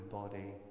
body